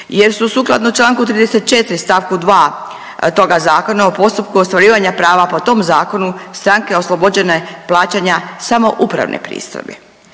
jer su sukladno Članku 34. stavku 2. toga zakona u postupku ostvarivanja prava po tom zakonu stranke oslobođene plaćanja samo upravne pristojbe.